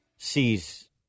sees